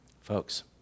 Folks